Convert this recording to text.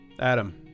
Adam